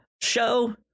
show